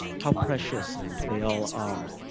how precious they all are,